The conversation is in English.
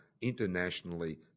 internationally